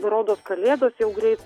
nu rodos kalėdos jau greit